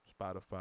Spotify